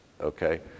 okay